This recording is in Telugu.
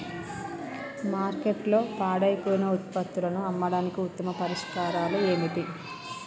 మార్కెట్లో పాడైపోయిన ఉత్పత్తులను అమ్మడానికి ఉత్తమ పరిష్కారాలు ఏమిటి?